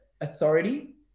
authority